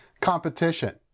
Competition